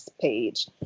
page